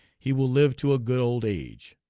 he will live to a good old age.